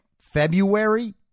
February